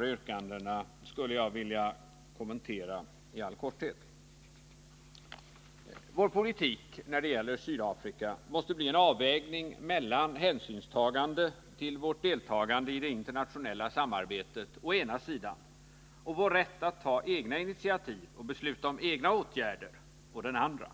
och jag skulle vilja kommentera några av de övriga i all korthet. Vår politik när det gäller Sydafrika måste bli en avvägning mellan hänsynstagande till vårt deltagande i det internationella samarbetet å ena sidan och vår rätt att ta egna initiativ och besluta om egna åtgärder å den andra.